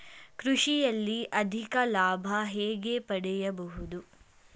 ಕೃಷಿಯಲ್ಲಿ ಅಧಿಕ ಲಾಭ ಹೇಗೆ ಪಡೆಯಬಹುದು?